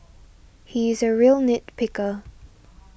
he is a real nit picker